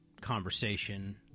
conversation